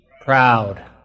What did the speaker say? proud